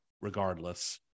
regardless